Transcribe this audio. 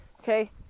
okay